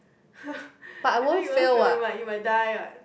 they say you won't fail you might you might die what